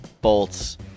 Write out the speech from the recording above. bolts